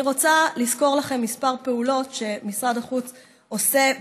אני רוצה לסקור לכם כמה פעולות שמשרד החוץ עושה,